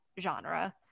genre